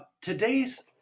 Today's